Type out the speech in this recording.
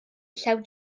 llew